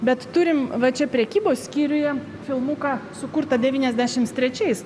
bet turim va čia prekybos skyriuje filmuką sukurtą devyniasdešims trečiais